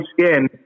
skin